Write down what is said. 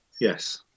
yes